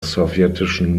sowjetischen